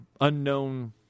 unknown